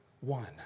one